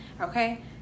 okay